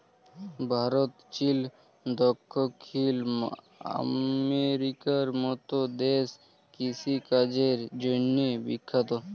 Bharat, Chile, দখ্খিল আমেরিকার মত দ্যাশ কিষিকাজের জ্যনহে বিখ্যাত